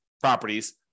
properties